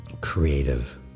Creative